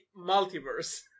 multiverse